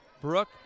Brooke